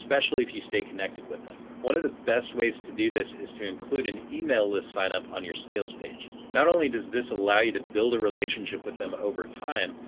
especially if you stay connected with them. one of the best ways to do this is to include an email list sign up on your sales page. not only does this allow you to build a relationship with them over time,